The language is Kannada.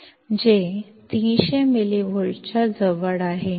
0135 ಆಗಿತ್ತು ಇದು 300 ಮಿಲಿವೋಲ್ಟ್ಗಳಿಗೆ ಹತ್ತಿರದಲ್ಲಿದೆ